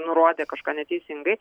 nurodė kažką neteisingai